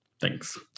thanks